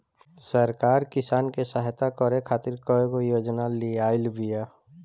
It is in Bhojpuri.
सरकार किसान के सहयता करे खातिर कईगो योजना लियाइल बिया